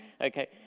Okay